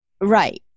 Right